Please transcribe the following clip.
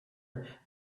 and